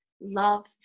love